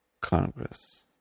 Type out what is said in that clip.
Congress